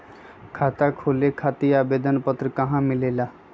खाता खोले खातीर आवेदन पत्र कहा मिलेला?